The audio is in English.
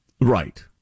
Right